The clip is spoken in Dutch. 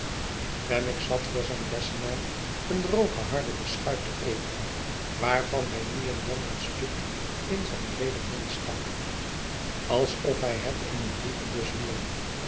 wemmick zat voor zijn lessenaar eene droge harde beschuit te eten waarvan hij nu en dan een stuk in zijn breeden mond stak alsof hij het in eene brievenbus wierp